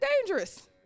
dangerous